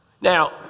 Now